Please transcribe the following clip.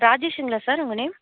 ராஜேஷ்ங்களா sir உங்கள் name